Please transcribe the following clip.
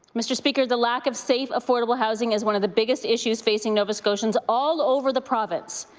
mr. speaker, the lack of safe affordable housing is one of the biggest issues facing nova scotians all over the province.